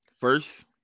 first